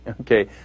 Okay